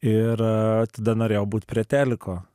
ir tada norėjau būt prie teliko